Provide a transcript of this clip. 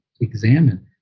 examine